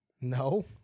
No